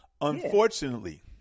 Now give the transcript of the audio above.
Unfortunately